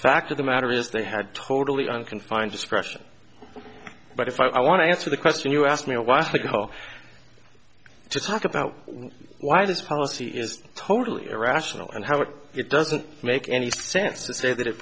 fact of the matter is they had totally unconfined discretion but if i want to answer the question you asked me a while ago to talk about why this policy is totally irrational and how it it doesn't make any sense to say that it